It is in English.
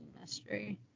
mystery